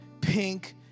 pink